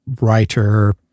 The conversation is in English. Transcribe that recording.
writer